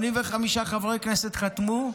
85 חברי כנסת חתמו.